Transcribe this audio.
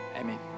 Amen